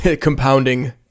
compounding